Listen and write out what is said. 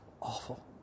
awful